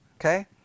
Okay